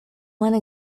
one